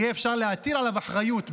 יהיה אפשר להטיל עליו אחריות,